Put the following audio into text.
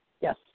Yes